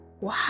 wow